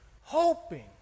hoping